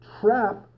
trap